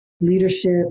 leadership